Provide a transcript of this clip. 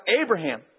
Abraham